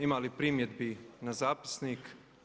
Ima li primjedbi na zapisnik?